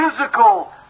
physical